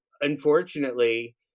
unfortunately